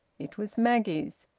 it was maggie's.